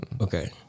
okay